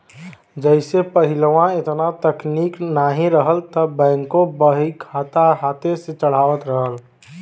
जइसे पहिलवा एतना तकनीक नाहीं रहल त बैंकों बहीखाता हाथे से चढ़ावत रहल